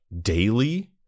daily